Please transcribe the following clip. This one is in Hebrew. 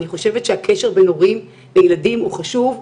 אני חושבת שהקשר בין הורים לילדים הוא חשוב.